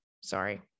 Sorry